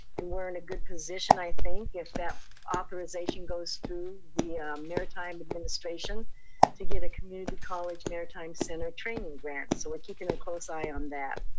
and we're in a good position, i think, if that authorization goes through, the maritime administration to get a community college maritime center training grant, so we're keeping a close eye on that.